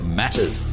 matters